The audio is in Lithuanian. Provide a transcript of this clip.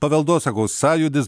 paveldosaugos sąjūdis